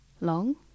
long